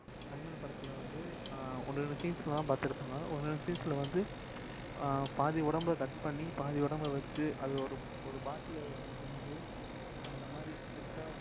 animal படத்தில் வந்து ஒன்று ரெண்டு சீன்ஸில் தான் பார்த்துருப்பாங்க ஒன்று ரெண்டு சீன்ஸில் வந்து பாதி உடம்பக் கட் பண்ணி பாதி உடம்ப வச்சு அது ஒரு ஒரு பாட்டில் வச்சு செஞ்சு அந்த மாதிரி செட்டாக